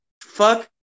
Fuck